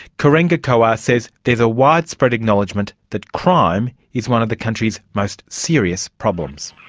kerengua kua says there's a widespread acknowledgement that crime is one of the country's most serious problems.